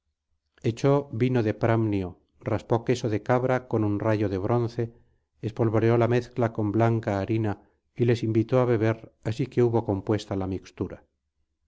echó vino de pramnio raspó queso de cabra con un rallo de bronce espolvoreó la mezcla con blanca harina y les invitó á beber así que tuvo compuesta la mixtura